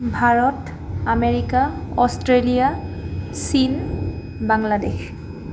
Bharat America Australia চীন বাংলাদেশ